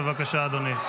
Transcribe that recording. בבקשה, אדוני.